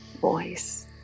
voice